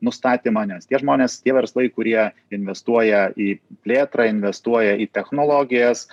nustatymą nes tie žmonės tie verslai kurie investuoja į plėtrą investuoja į technologijas